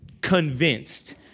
convinced